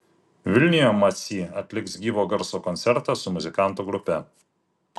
vilniuje macy atliks gyvo garso koncertą su muzikantų grupe